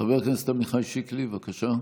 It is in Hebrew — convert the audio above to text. חבר הכנסת עמיחי שיקלי, בבקשה.